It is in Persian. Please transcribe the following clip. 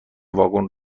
واگن